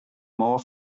more